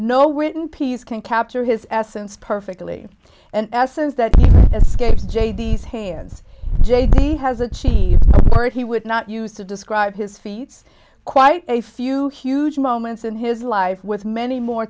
know when peace can capture his essence perfectly an essence that escapes jay these hands jake he has achieved for it he would not use to describe his feeds quite a few huge moments in his life with many more